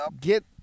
get